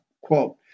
Quote